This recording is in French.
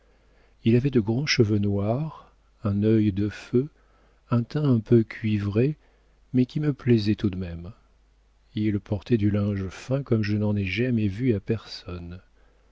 il avait de grands cheveux noirs un œil de feu un teint un peu cuivré mais qui me plaisait tout de même il portait du linge fin comme je n'en ai jamais vu à personne